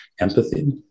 empathy